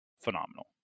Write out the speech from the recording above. phenomenal